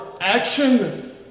action